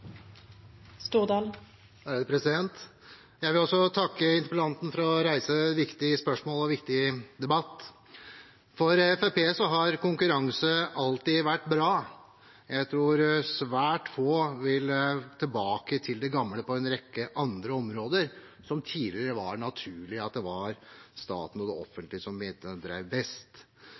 Jeg vil også takke interpellanten for å reise et viktig spørsmål og en viktig debatt. For Fremskrittspartiet har konkurranse alltid vært bra. Jeg tror svært få vil tilbake til det gamle systemet på en rekke andre områder hvor man tidligere mente at staten og det offentlige drev det best.